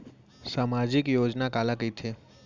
सामाजिक योजना काला कहिथे?